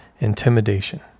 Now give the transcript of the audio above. intimidation